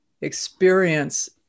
experience